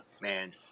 man